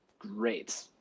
great